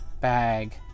Bag